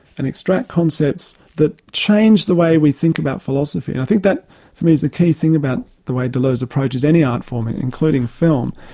and extract concepts that change the way we think about philosophy. i think that really is the key thing about the way deleuze approaches any art form, including film.